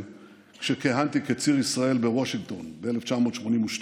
כשכיהנתי כציר ישראל בוושינגטון ב-1982.